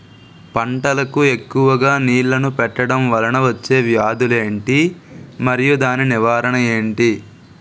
పంటలకు ఎక్కువుగా నీళ్లను పెట్టడం వలన వచ్చే వ్యాధులు ఏంటి? మరియు దాని నివారణ ఏంటి?